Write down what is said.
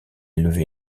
élevé